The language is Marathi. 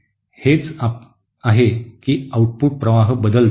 हेच आहे की आउटपुट प्रवाह बदलतो